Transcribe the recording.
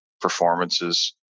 performances